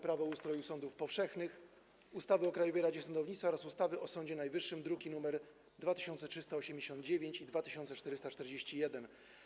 Prawo o ustroju sądów powszechnych, ustawy o Krajowej Radzie Sądownictwa oraz ustawy o Sądzie Najwyższym, druki nr 2389 i 2441.